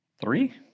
three